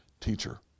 Teacher